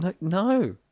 No